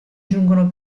giungono